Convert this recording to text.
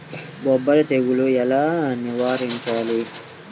బొబ్బర తెగులు ఎలా నివారించాలి?